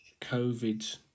COVID